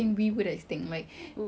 I think virus macam sekarang